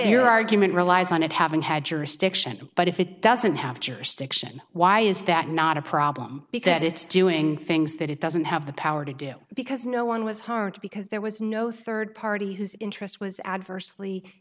your argument relies on it having had jurisdiction but if it doesn't have jurisdiction why is that not a problem because it's doing things that it doesn't have the power to do because no one was harmed because there was no third party whose interest was adversely